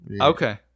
Okay